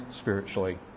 spiritually